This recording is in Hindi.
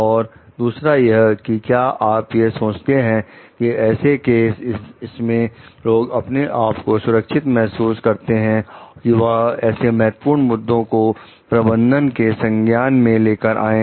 और दूसरा यह कि क्या आप यह सोचते हैं कि ऐसे केस इसमें लोग अपने आप को सुरक्षित महसूस करते हैं कि वह ऐसे महत्वपूर्ण मुद्दों को प्रबंधन के संज्ञान में लेकर आएं